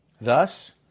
Thus